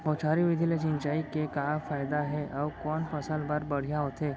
बौछारी विधि ले सिंचाई के का फायदा हे अऊ कोन फसल बर बढ़िया होथे?